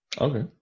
Okay